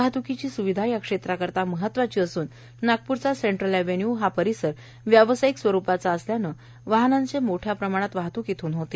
वाहतूकीची सुविधा या क्षेत्राकरता महत्वाची असून नागपूरचा सेन्टूल एव्हेन्यू परिसर व्यावसायिक स्वरूपाचा असल्यानं वाहनांचे मोठ्या प्रमाणात वाहत्क येथून होते